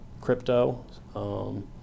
crypto